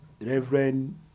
Reverend